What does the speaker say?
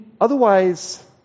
otherwise